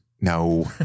no